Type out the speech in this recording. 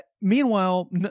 Meanwhile